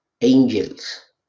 angels